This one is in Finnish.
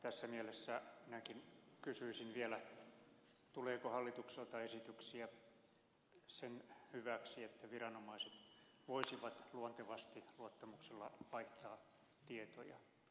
tässä mielessä minäkin kysyisin vielä tuleeko hallitukselta esityksiä sen hyväksi että viranomaiset voisivat luontevasti luottamuksella vaihtaa tietoja